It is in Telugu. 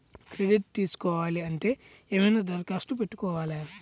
క్రెడిట్ తీసుకోవాలి అంటే ఏమైనా దరఖాస్తు పెట్టుకోవాలా?